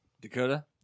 Dakota